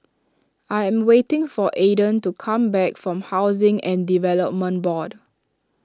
I am waiting for Aiden to come back from Housing and Development Board